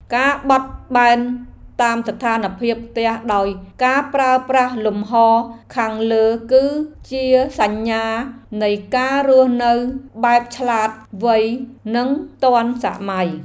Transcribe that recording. ការបត់បែនតាមស្ថានភាពផ្ទះដោយការប្រើប្រាស់លំហរខាងលើគឺជាសញ្ញានៃការរស់នៅបែបឆ្លាតវៃនិងទាន់សម័យ។